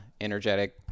energetic